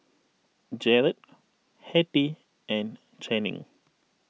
Jarod Hetty and Channing